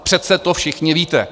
Přece to všichni víte.